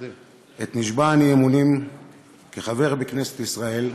עת נשבע אני אמונים כחבר בכנסת ישראל,